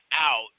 out